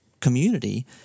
community